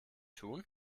tun